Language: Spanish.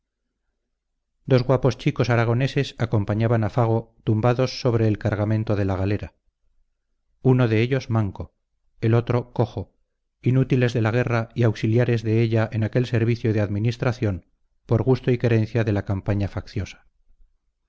dos guapos chicos aragoneses acompañaban a fago tumbados sobre el cargamento de la galera uno de ellos manco el otro cojo inútiles de la guerra y auxiliares de ella en aquel servicio de administración por gusto y querencia de la campaña facciosa